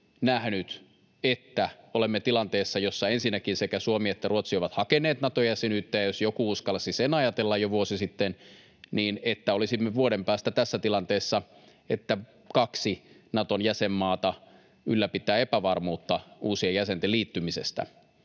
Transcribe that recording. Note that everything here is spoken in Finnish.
että olemme tilanteessa, jossa ensinnäkin sekä Suomi että Ruotsi ovat hakeneet Nato-jäsenyyttä? Ja jos joku uskalsi sen ajatella jo vuosi sitten, niin sitä, että olisimme vuoden päästä tässä tilanteessa, että kaksi Naton jäsenmaata ylläpitää epävarmuutta uusien jäsenten liittymisestä,